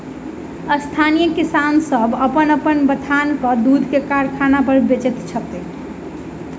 स्थानीय किसान सभ अपन अपन बथानक दूध के कारखाना पर बेचैत छथि